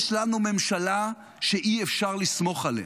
יש לנו ממשלה שאי-אפשר לסמוך עליה,